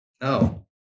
no